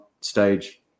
stage